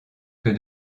que